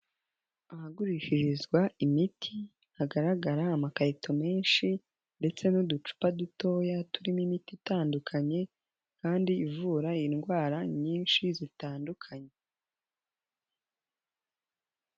Ahagurishirizwa imiti, hagaragara amakarito menshi ndetse n'uducupa dutoya, turimo imiti itandukanye kandi ivura indwara nyinshi zitandukanye.